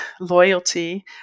loyalty